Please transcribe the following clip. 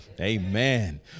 Amen